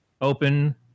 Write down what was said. open